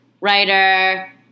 writer